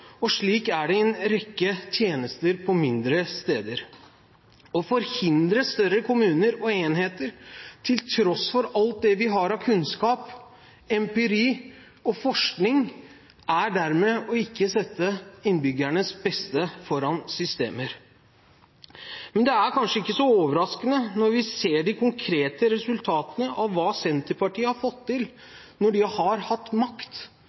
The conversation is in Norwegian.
rammer. Slik er det for en rekke tjenester på mindre steder. Å forhindre større kommuner og enheter, til tross for alt det vi har av kunnskap, empiri og forskning, er dermed å ikke sette innbyggernes beste foran systemer. Men det er kanskje ikke så overraskende når vi ser de konkrete resultatene av hva Senterpartiet har fått til når de har hatt makt.